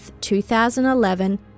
2011